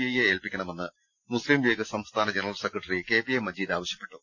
ഐയെ ഏൽപിക്കണമെന്ന് മുസ്ലീം ലീഗ് സംസ്ഥാന general secretary K P A ന മജീദ് ആവശ്യപ്പെട്ടു